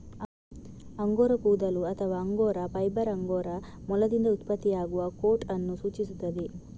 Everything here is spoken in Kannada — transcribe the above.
ಅಂಗೋರಾ ಕೂದಲು ಅಥವಾ ಅಂಗೋರಾ ಫೈಬರ್ ಅಂಗೋರಾ ಮೊಲದಿಂದ ಉತ್ಪತ್ತಿಯಾಗುವ ಕೋಟ್ ಅನ್ನು ಸೂಚಿಸುತ್ತದೆ